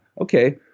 Okay